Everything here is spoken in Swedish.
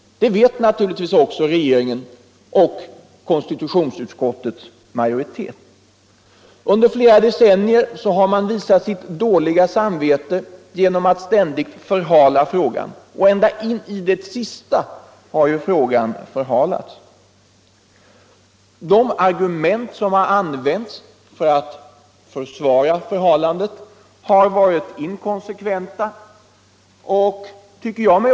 Det vet naturligtvis också regeringen och konstitutionsutskottets majoritet. Under flera decennier har man visat sitt dåliga samvete genom att ständigt förhala frågan. Ända in i det sista har frågan förhalats. De argument som har använts för att försvara förhalandet har varit inkonsekventa.